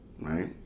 right